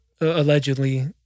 allegedly